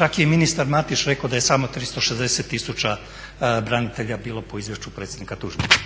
Čak je i ministar Matić rekao da je samo 360 tisuća branitelja bilo po izvješću predsjednika Tuđmana.